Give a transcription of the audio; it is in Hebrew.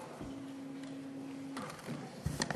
חמש דקות.